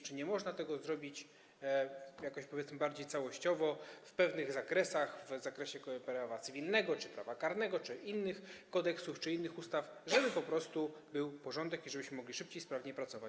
Czy nie można tego zrobić, powiedzmy, bardziej całościowo, w pewnych zakresach, w zakresie prawa cywilnego czy prawa karnego, czy innych kodeksów, czy innych ustaw, żeby po prostu był porządek i żebyśmy mogli szybciej, sprawniej pracować?